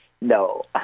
No